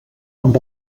amb